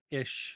ish